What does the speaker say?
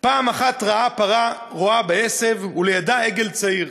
פעם אחת ראה פרה רועה בעשב ולידה עגל צעיר.